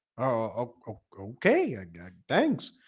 oh okay, i got thanks.